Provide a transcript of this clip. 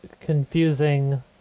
confusing